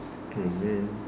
oh man